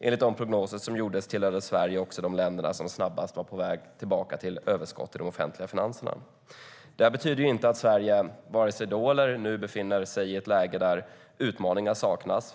Enligt de prognoser som gjordes tillhörde Sverige också de länder som snabbast var på väg tillbaka till överskott i de offentliga finanserna. Det här betyder inte att Sverige, vare sig då eller nu, befinner sig i ett läge där utmaningar saknas.